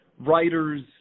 writers